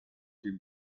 dem